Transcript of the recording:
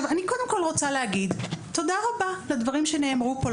אני קודם כל רוצה להגיד תודה רבה לדברים שנאמרו פה,